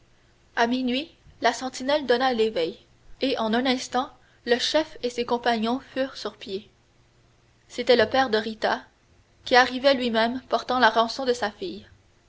à minuit la sentinelle donna l'éveil et en un instant le chef et ses compagnons furent sur pied c'était le père de rita qui arrivait lui-même portant la rançon de sa fille